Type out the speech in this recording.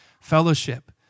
fellowship